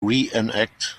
reenact